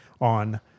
on